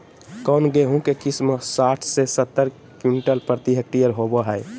कौन गेंहू के किस्म साठ से सत्तर क्विंटल प्रति हेक्टेयर होबो हाय?